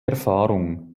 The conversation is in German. erfahrung